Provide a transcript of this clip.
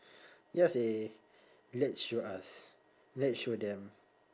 ya seh let's show us let's show them